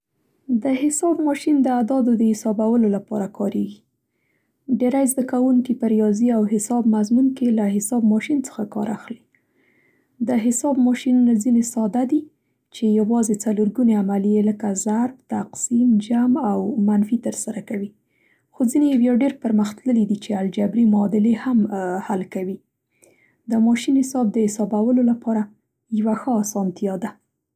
د حساب ماشین د اعدادو د حسابولو لپاره کارېږي. ډېری زده کوونکي په ریاضي او حساب مضمون کې له حساب ماشین څخه کار اخلي. د حساب ماشینونه ځینې ساده دي چې یوازې څلور ګونې عملیې لکه ضرب، تقسیم، جمع او منفي تر سره کوي، خو ځینې یې بیا ډېر پرمختللي دي چې الجبري معادلې هم حل کوي. د حساب ماشین د حسابولو لپاره ښه آسانتیا ده.